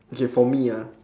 K for me ah